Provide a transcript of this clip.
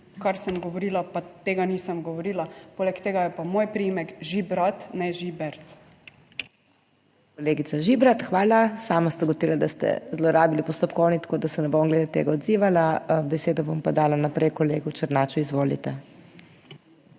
kar sem govorila, pa tega nisem govorila, poleg tega je pa moj priimek Žibrat, ne Žibert. PODPREDSEDNICA MAG. MEIRA HOT: Kolegica Žibert, hvala. Sama ste ugotovili, da ste zlorabili postopkovni, tako da se ne bom glede tega odzivala. Besedo bom pa dala naprej kolegu Černaču. Izvolite.